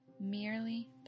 Merely